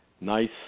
nice